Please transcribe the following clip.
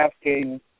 asking